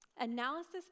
analysis